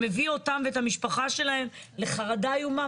שמביא אותם ואת המשפחה שלהם לחרדה איומה,